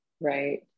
Right